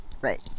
Right